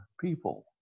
people